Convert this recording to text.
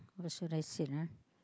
what should I say ah